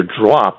drop